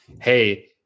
hey